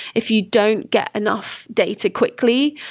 if you don't get enough data quickly,